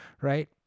right